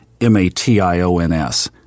M-A-T-I-O-N-S